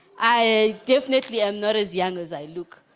i definitely am not as young as i look